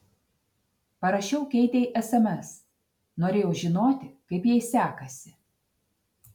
parašiau keitei sms norėjau žinoti kaip jai sekasi